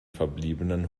verbliebenen